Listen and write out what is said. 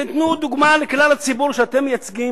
תנו דוגמה לכלל הציבור שאתם מייצגים